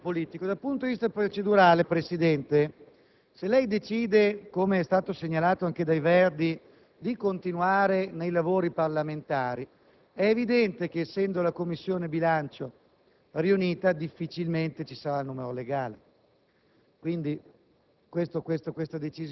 innanzitutto dal punto di vista procedurale e poi da quello politico. Dal punto di vista procedurale, Presidente, se lei decide - come è stato segnalato anche dai Verdi - di continuare nei lavori parlamentari, è evidente che, essendo riunita la Commissione bilancio,